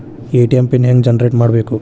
ATM PIN ಹೆಂಗ್ generate ಮಾಡಬೇಕು?